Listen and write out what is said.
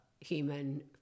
human